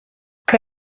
que